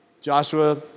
Joshua